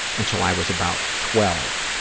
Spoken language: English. until i was about twelve.